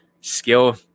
skill